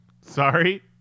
Sorry